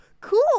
cool